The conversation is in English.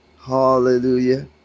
Hallelujah